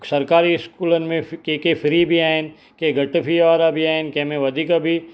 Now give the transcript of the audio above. सरकारी स्कूलनि में कंहिं कंहिं फ्री बि आहिनि कंहिं घटि फी वारा बि आहिनि कंहिंमें वधीक बि